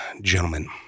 gentlemen